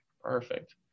Perfect